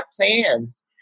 plans